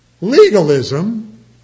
legalism